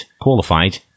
qualified